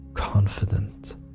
Confident